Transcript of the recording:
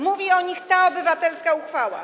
Mówi o nich ta obywatelska uchwała.